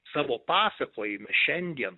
savo pasakojime šiandien